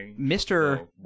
Mr